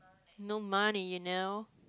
no money you know